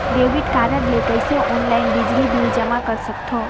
Debit card ले कइसे online बिजली बिल जमा कर सकथव?